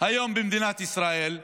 היום במדינת ישראל,